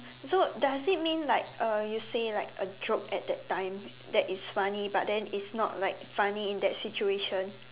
so does it mean like uh you say like a joke at that time that is funny but then it's not like funny in that situation